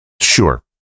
Sure